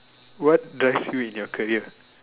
what does you in your career